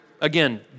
Again